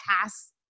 pass